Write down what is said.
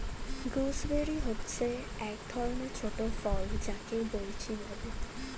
gooseberry হচ্ছে এক ধরণের ছোট ফল যাকে বৈঁচি বলে